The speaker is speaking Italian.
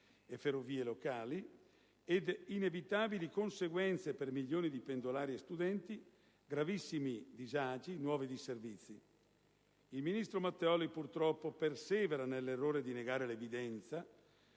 e ferrovie locali ed inevitabili conseguenze per milioni di pendolari e studenti, gravissimi disagi e nuovi disservizi. Il ministro Matteoli purtroppo persevera nell'errore di negare l'evidenza